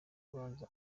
abanza